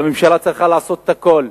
והממשלה צריכה לעשות הכול,